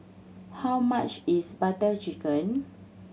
how much is Butter Chicken